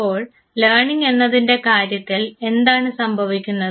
അപ്പോൾ ലേണിങ്ങ് എന്നതിൻറെ കാര്യത്തിൽ എന്താണ് സംഭവിക്കുന്നത്